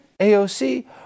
AOC